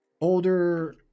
older